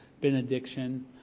benediction